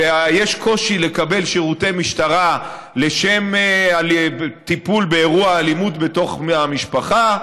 ויש קושי לקבל שירותי משטרה לשם טיפול באירוע אלימות בתוך המשפחה,